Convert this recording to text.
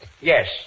Yes